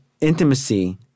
intimacy